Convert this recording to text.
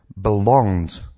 belonged